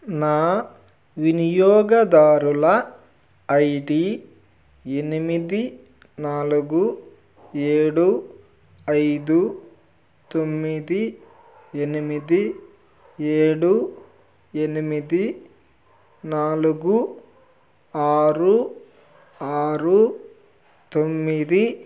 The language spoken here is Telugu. నా వినియోగదారుల ఐడీ ఎనిమిది నాలుగు ఏడు ఐదు తొమ్మిది ఎనిమిది ఏడు ఎనిమిది నాలుగు ఆరు ఆరు తొమ్మిది